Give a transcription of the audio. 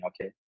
okay